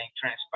transpired